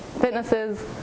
fitnesses